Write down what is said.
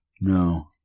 No